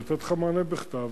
לתת לך מענה בכתב,